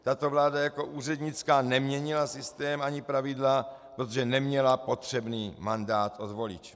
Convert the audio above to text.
Tato vláda jako úřednická neměnila systém ani pravidla, protože neměla potřebný mandát od voličů.